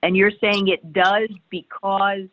and you're saying it does because